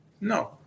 No